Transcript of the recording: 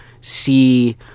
see